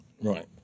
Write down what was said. Right